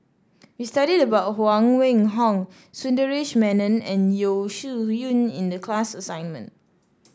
we studied about Huang Wenhong Sundaresh Menon and Yeo Shih Yun in the class assignment